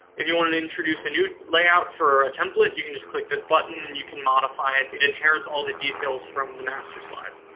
if you want to introduce a new layout for a template, you can just click this button, and you can modify it. it inherits all the details from the master slide.